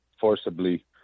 forcibly